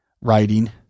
Writing